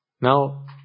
now